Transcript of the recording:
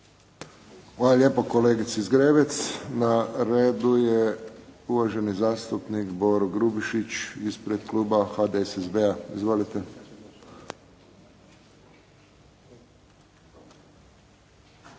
Hvala lijepo kolegici Zgrebec. Na redu je uvaženi zastupnik Boro Grubišić ispred Kluba HDSSB-a. Izvolite.